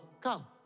come